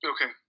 Okay